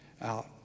out